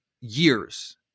years